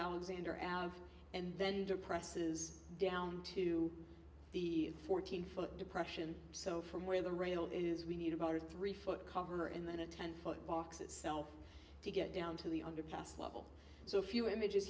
alexander out and then depresses down to the fourteen foot depression so from where the rail is we need about a three foot cover and then a ten foot box itself to get down to the underpass level so a few images